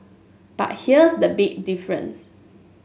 but here's the big difference